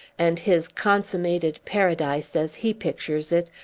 and his consummated paradise, as he pictures it,